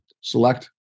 select